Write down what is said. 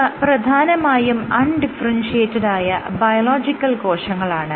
ഇവ പ്രധാനമായും അൺ ഡിഫറെൻഷിയേറ്റഡായ ബയളോജിക്കൽ കോശങ്ങളാണ്